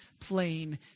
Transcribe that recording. plain